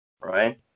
right